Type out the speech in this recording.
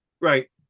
right